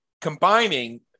combining